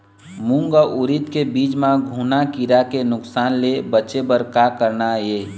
मूंग अउ उरीद के बीज म घुना किरा के नुकसान ले बचे बर का करना ये?